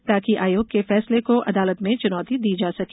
ताकि आयोग के फैसले को अदालत मे चुनौती दी जा सके